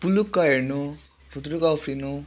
पुलुक्क हेर्नु फुत्रुक् उफ्रिनु